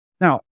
Now